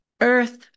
earth